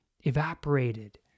evaporated